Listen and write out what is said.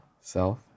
self